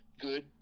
good